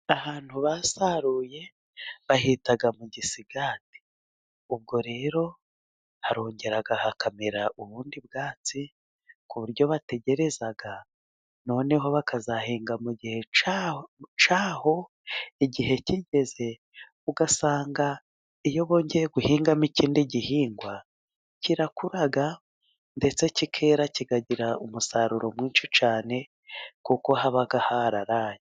Ahantu basaruye bahita mu Gisigati, ubwo rero harongera hakamera ubundi bwatsi, ku buryo bategereza noneho bakazahinga mu gihe cya cyaho igihe kigeze, ugasanga iyo bongeye guhingamo ikindi gihingwa, kirakura ndetse kikera, kikagira umusaruro mwinshi cyane, kuko haba hararaye.